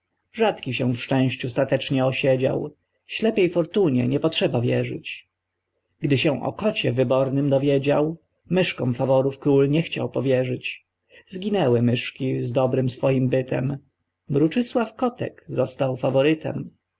rzadki się w szczęściu statecznie osiedział ślepej fortunie nie potrzeba wierzyć gdy się o kocie wybornym dowiedział myszkom faworów król nie chciał powierzyć zginęły myszki z dobrym swoim bytem mruczysław kotek został faworytem